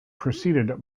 preceded